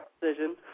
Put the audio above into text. decision